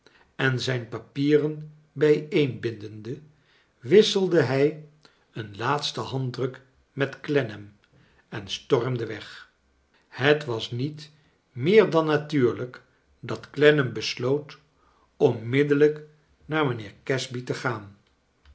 en zijn papieren bijeenbindende wisselde hij een laatsten handdruk met clennam en stormde weg het was niet meer dan natuurlijk dat clennam besloot onmiddellijk naar mijnheer gas by te gaan